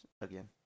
again